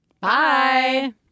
Bye